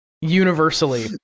universally